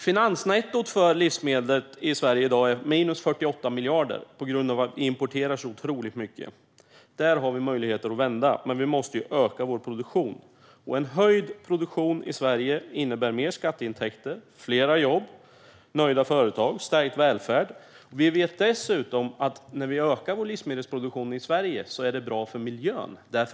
Finansnettot för livsmedel i dag i Sverige uppgår till minus 48 miljarder på grund av att vi importerar så otroligt mycket. Där är det möjligt att vända, men vi måste öka vår produktion. En höjd produktion i Sverige innebär mer skatteintäkter, flera jobb, nöjda företag, stärkt välfärd. När vi ökar vår livsmedelsproduktion i Sverige är det dessutom bra för miljön.